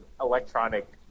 electronic